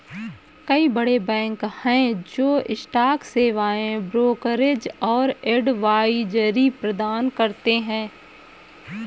कई बड़े बैंक हैं जो स्टॉक सेवाएं, ब्रोकरेज और एडवाइजरी प्रदान करते हैं